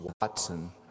Watson